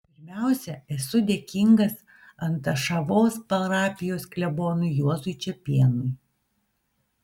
pirmiausia esu dėkingas antašavos parapijos klebonui juozui čepėnui